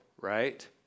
right